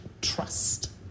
trust